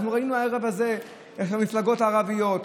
אנחנו ראינו הערב הזה איך המפלגות הערביות,